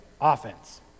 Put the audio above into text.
offense